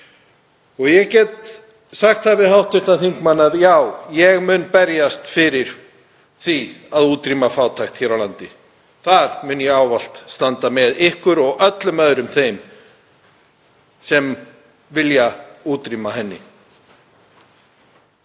Ég get sagt það við hv. þingmann að ég mun berjast fyrir því að útrýma fátækt hér á landi, þar mun ég ávallt standa með ykkur og öllum öðrum sem vilja útrýma henni.